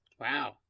Wow